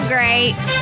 great